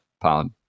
pound